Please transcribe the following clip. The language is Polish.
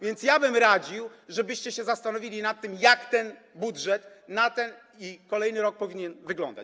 Więc ja bym radził, żebyście się zastanowili nad tym, jak budżet na ten i kolejny rok powinien wyglądać.